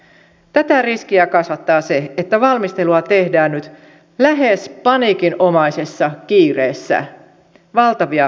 tätä riskiä kasvattaa se että valmistelua tehdään nyt lähes paniikinomaisessa kiireessä valtavia uudistuksia